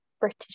British